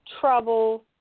trouble